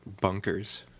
bunkers